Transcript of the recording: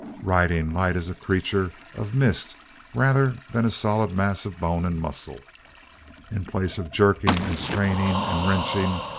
riding light as a creature of mist rather than a solid mass of bone and muscle in place of jerking and straining and wrenching,